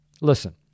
Listen